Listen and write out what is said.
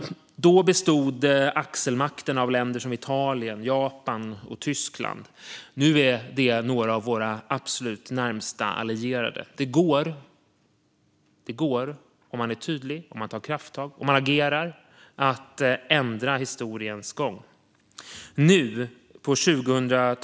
Då bestod axelmakterna av länder som Italien, Japan och Tyskland. Nu är de några av våra absolut närmaste allierade. Om man är tydlig, tar krafttag och agerar går det att ändra historiens gång. Fru talman!